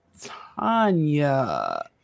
Tanya